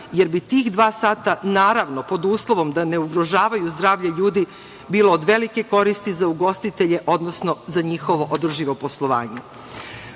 jer bi tih dva sata, naravno pod uslovom da ne ugrožavaju zdravlje ljudi, bilo od velike koristi za ugostitelje, odnosno za njihovo održivo poslovanje.